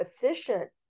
efficient